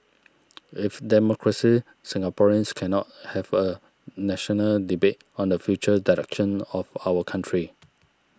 with democracy Singaporeans cannot have a national debate on the future direction of our country